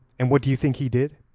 and what do you think he did?